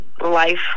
life